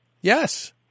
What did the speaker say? yes